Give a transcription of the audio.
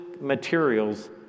materials